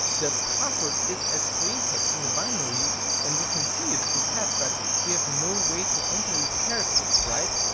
the password is as plaintext in the binary and we can see it through cat, but we have no way to enter these characters, right?